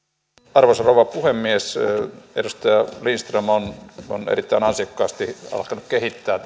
arvoisa rouva puhemies edustaja lindström on on erittäin ansiokkaasti alkanut kehittää